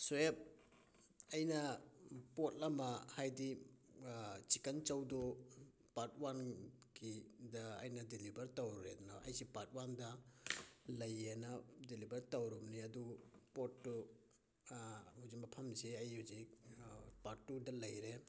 swap ꯑꯩꯅ ꯄꯣꯠ ꯑꯃ ꯍꯥꯏꯗꯤ ꯆꯤꯛꯀꯟ ꯆꯧꯗꯣ ꯄꯥꯔꯠ ꯋꯥꯟꯒꯤꯗ ꯑꯩꯅ ꯗꯤꯂꯤꯚꯔ ꯇꯧꯔꯨꯔꯦꯗꯅ ꯑꯩꯁꯤ ꯄꯥꯔꯠ ꯋꯥꯟꯗ ꯂꯩꯌꯦꯅ ꯗꯤꯂꯤꯚꯔ ꯇꯧꯔꯨꯕꯅꯤ ꯑꯗꯨ ꯄꯣꯠꯇꯨ ꯍꯧꯖꯤꯛ ꯃꯐꯝꯁꯤ ꯑꯩ ꯍꯧꯖꯤꯛ ꯄꯥꯔꯠ ꯇꯨꯗ ꯂꯩꯔꯦ